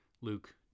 Luke